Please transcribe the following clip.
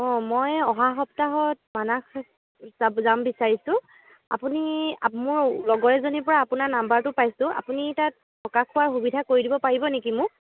অ' মই অহা সপ্তাহত মানাস যা যাম বিচাৰিছোঁ আপুনি মোৰ লগৰ এজনীৰ পৰা আপোনাৰ নম্বৰটো পাইছোঁ আপুনি তাত থকা খোৱাৰ সুবিধা কৰি দিব পাৰিব নেকি মোক